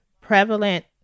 prevalent